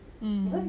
mm